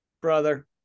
brother